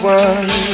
one